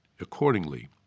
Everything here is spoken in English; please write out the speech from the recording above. accordingly